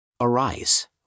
Arise